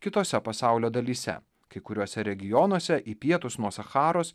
kitose pasaulio dalyse kai kuriuose regionuose į pietus nuo sacharos